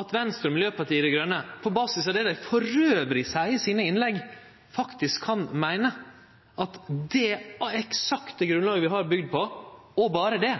at Venstre og Miljøpartiet Dei Grøne på basis av det dei elles seier i innlegga sine, faktisk kan meine at det er det eksakte grunnlaget Noreg skal byggje på, og berre det,